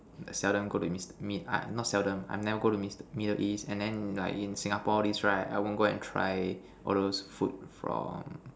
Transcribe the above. I seldom go to mid mid not seldom I never go to mid middle east and then like in Singapore all this right I won't go and try all those food from